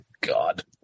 God